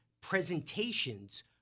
presentations